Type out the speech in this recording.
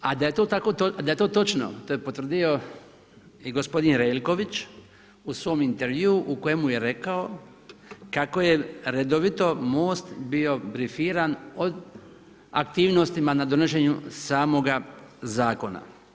A da je to točno, to je potvrdio i gospodin Relković u svojem intervjuu, u kojem je rekao kako je Most bio brifiran o aktivnostima na donošenju samoga zakona.